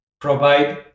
provide